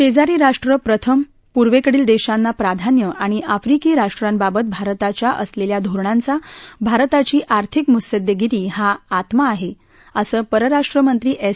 शन्नीरी राष्ट्र प्रथम पूर्वेकडील दशीना प्राधान्य आणि आफ्रिकी राष्ट्रांबाबत भारताच्या असलखा धोरणांचा भारताची आर्थिक मुत्सुद्धधीरी हा आत्मा आहा असं परराष्ट्रमंत्री एस